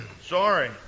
sorry